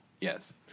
Yes